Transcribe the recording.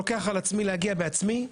לוקח על עצמי להגיע בעצמי,